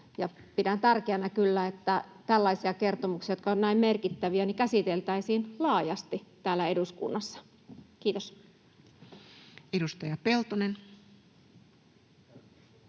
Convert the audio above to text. pidän tärkeänä kyllä, että tällaisia kertomuksia, jotka ovat näin merkittäviä, käsiteltäisiin laajasti täällä eduskunnassa. — Kiitos. Edustaja Peltonen.